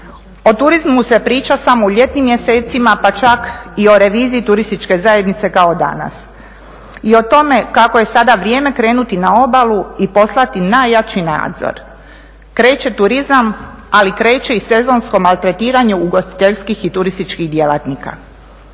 O turizmu se priča samo u ljetnim mjesecima pa čak i o reviziji turističke zajednice kao danas i o tome kako je sada vrijeme krenuti na obalu i poslati najjači nadzor. Kreće turizam ali kreće i sezonsko maltretiranje ugostiteljskih i turističkih djelatnika.